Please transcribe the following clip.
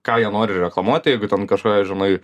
ką jie nori reklamuoti jeigu ten kažkokia žinai